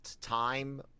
time